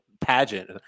pageant